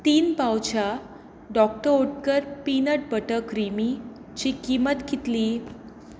तीन पावचां Dr Oetker peanut butter क्रिमीची किंमत कितली